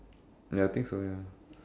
ya I think so ya